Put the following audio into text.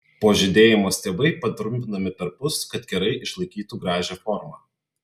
po žydėjimo stiebai patrumpinami perpus kad kerai išlaikytų gražią formą